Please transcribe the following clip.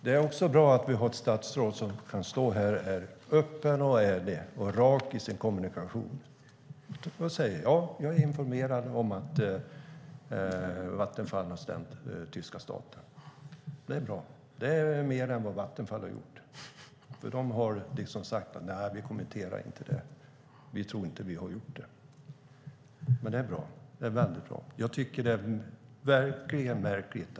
Det är också bra att vi har ett statsråd som kan stå här och vara öppen, ärlig och rak i sin kommunikation och som säger: Ja, jag är informerad om att Vattenfall har stämt tyska staten. Det är bra. Det är mer än vad Vattenfall har gjort, för de har sagt att de inte kommenterar det, att de inte tror att de har gjort det. Det är bra gjort av statsrådet, mycket bra. Det hela är verkligen märkligt.